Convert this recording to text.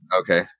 Okay